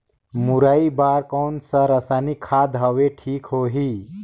मुरई बार कोन सा रसायनिक खाद हवे ठीक होही?